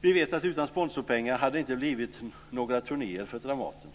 Vi vet att utan sponsporpengar har det inte blivit några turnéer för Dramaten.